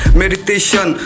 meditation